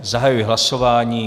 Zahajuji hlasování.